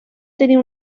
tenir